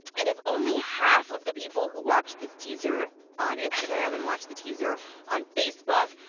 and if only half of the people who watched this teaser on instagram and watched the teaser on facebook,